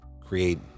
create